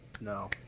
No